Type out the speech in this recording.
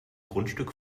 grundstück